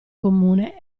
comune